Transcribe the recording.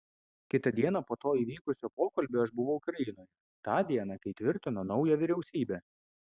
kitą dieną po to įvykusio pokalbio aš buvau ukrainoje tą dieną kai tvirtino naują vyriausybę